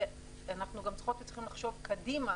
ואנחנו גם צריכות וצריכים לחשוב קדימה